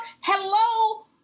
hello